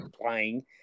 Playing